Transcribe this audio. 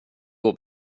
går